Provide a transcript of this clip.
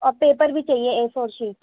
اور پیپر بھی چاہیے اے فور شیٹ